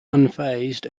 unfazed